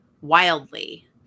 wildly